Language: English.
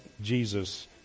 Jesus